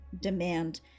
demand